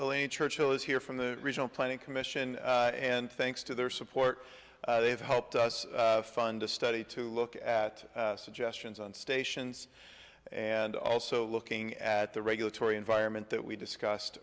elaine churchill is here from the regional planning commission and thanks to their support they've helped us fund a study to look at suggestions on stations and also looking at the regulatory environment that we discussed